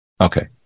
Okay